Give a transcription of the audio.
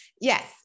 Yes